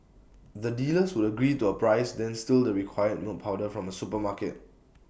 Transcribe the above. the dealers would agree to A price then steal the required milk powder from A supermarket